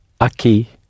aqui